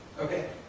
okay,